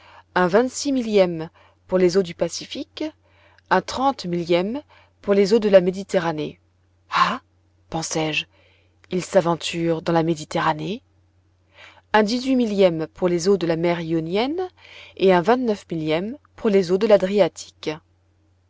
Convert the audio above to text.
un vingt-six millième pour les eaux du pacifique un trente millième pour les eaux de la méditerranée ah pensai-je il s'aventure dans la méditerranée un dix-huit millième pour les eaux de la mer ionienne et un vingt-neuf millième pour les eaux de l'adriatique